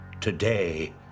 today